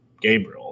Gabriel